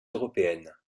européennes